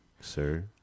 sir